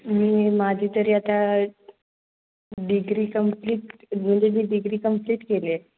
मी माझी तरी आता डिग्री कंप्लीट म्हणजे मी डिग्री कंप्लीट केली आहे